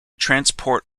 transport